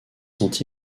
sont